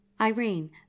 irene